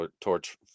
torch